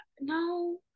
no